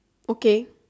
okay